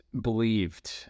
believed